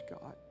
God